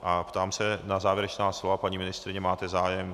A ptám se na závěrečná slova paní ministryně, máte zájem?